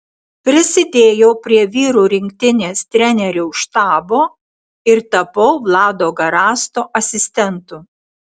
prisidėjau prie vyrų rinktinės trenerių štabo ir tapau vlado garasto asistentu